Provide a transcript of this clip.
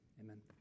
amen